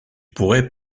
pourrait